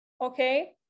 Okay